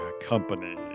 Company